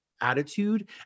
attitude